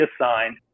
assigned